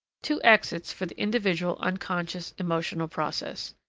two exits for the individual unconscious emotional process.